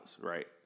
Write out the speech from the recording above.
right